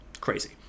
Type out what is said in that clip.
crazy